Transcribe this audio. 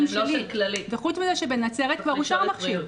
וחוץ מזה שבנצרת כבר אושר מכשיר.